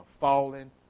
fallen